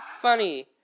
funny